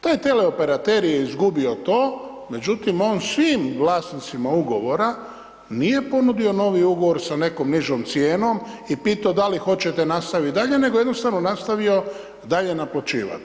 Taj teleoperater je izgubio to, međutim, on svim vlasnicima ugovora nije ponudio novi ugovor sa nekom nižom cijenom i pitao da li hoćete nastaviti dalje, nego jednostavno nastavio dalje naplaćivati.